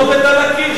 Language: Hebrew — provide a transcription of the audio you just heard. יש כתובת על הקיר.